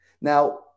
Now